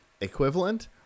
equivalent